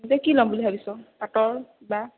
পিছে কি ল'ম বুলি ভাবিছ' পাটৰ বা